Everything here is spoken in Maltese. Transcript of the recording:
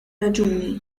raġuni